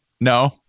no